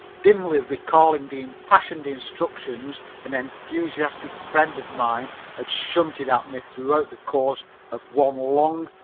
dimly recalling the impassioned instructions an enthusiastic friend of mine had shunted at me throughout the course of one long,